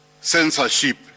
censorship